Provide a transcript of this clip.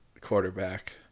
quarterback